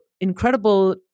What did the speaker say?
incredible